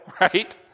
right